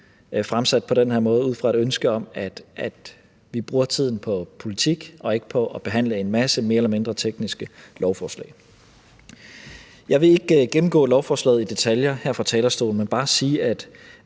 fremsat på den her måde ud fra et ønske om at vi bruger tiden på politik og ikke på at behandle en masse mere eller mindre tekniske lovforslag. Jeg vil ikke gennemgå lovforslaget i detaljer her fra talerstolen, men bare sige, at